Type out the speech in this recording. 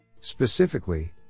Specifically